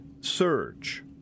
surge